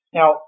Now